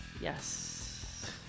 Yes